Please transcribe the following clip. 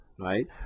right